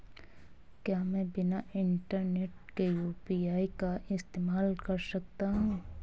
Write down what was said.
क्या मैं बिना इंटरनेट के यू.पी.आई का इस्तेमाल कर सकता हूं?